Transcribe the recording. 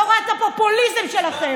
שלא ראה את הפופוליזם שלכם,